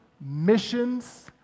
missions